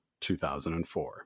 2004